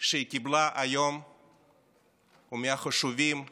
שהיא קיבלה היום הוא מהחשובים בשיעורים.